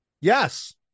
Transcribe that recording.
Yes